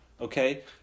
Okay